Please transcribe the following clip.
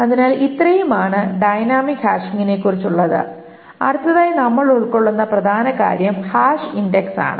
അതിനാൽ ഇത്രയുമാണ് ഡൈനാമിക് ഹാഷിംഗിനെക്കുറിച്ച് ഉള്ളത് അടുത്തതായി നമ്മൾ ഉൾക്കൊള്ളുന്ന പ്രധാന കാര്യം ഹാഷ് ഇൻഡക്സ് ആണ്